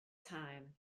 time